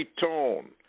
tone